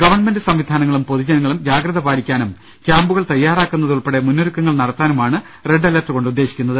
government സംവിധാനങ്ങളും പൊതുജനങ്ങളും ജാഗ്രത പാലിക്കാനും ക്യാമ്പുകൾ തയ്യാറാക്കുന്നതുൾപ്പെടെ മുന്നൊരുക്കങ്ങൾ നടത്താനുമാണ് റെഡ് അലേർട്ട്കൊണ്ട് ഉദ്ദേശിക്കുന്നത്